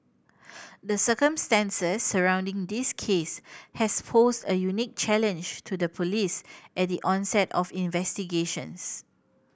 the circumstances surrounding this case has posed a unique challenge to the Police at the onset of investigations